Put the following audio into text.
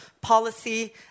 policy